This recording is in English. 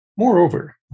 Moreover